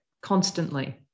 constantly